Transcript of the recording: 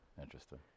Interesting